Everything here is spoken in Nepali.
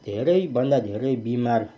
धेरैभन्दा धेरै बिमार